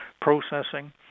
processing